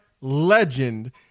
Legend